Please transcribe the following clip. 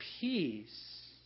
peace